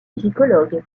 musicologue